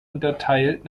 unterteilt